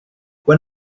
when